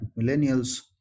millennials